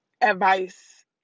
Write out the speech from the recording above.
advice